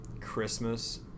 Christmas